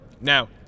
Now